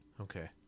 Okay